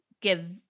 give –